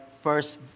first